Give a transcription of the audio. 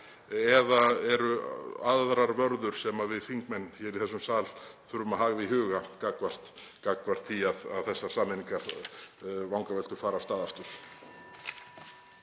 eða eru aðrar vörður sem við þingmenn í þessum sal þurfum að hafa í huga gagnvart því að þessar sameiningarvangaveltur fari af stað aftur?